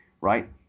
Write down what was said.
right